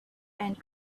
and